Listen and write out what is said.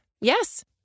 Yes